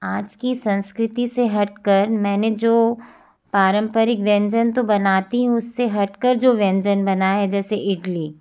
आज की संस्कृति से हट कर मैंने जो पारंपरिक व्यंजन तो बनाती हूँ उससे हट कर जो व्यंजन बनाए हैं जैसे इडली